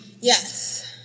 Yes